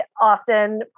often